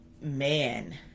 man